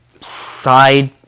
side